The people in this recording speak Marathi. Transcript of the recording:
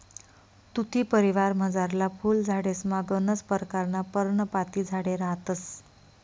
तुती परिवारमझारला फुल झाडेसमा गनच परकारना पर्णपाती झाडे रहातंस